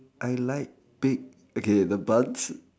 I like big okay the buns